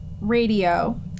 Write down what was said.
radio